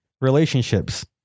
relationships